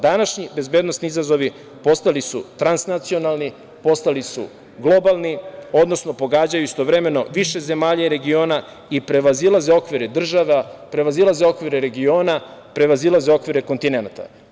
Današnji bezbednosni izazovi postali su transnacionalni, postali su globalni, odnosno pogađaju istovremeno više zemalja i regiona i prevazilaze okvire država, prevazilaze regiona, prevazilaze okvire kontinenata.